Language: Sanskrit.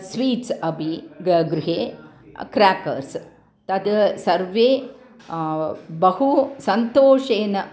स्वीट्स् अपि ग गृहे क्राकर्स् तद् सर्वे बहु सन्तोषेन